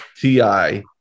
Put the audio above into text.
TI